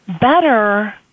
Better